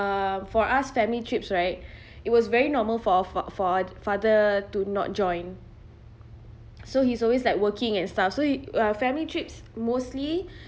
um for us family trips right it was very normal for for for father to not join so he's always like working and stuff so he uh family trips mostly